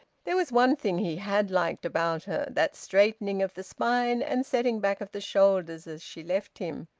there was one thing he had liked about her that straightening of the spine and setting back of the shoulders as she left him.